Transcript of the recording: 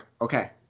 okay